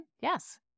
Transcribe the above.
yes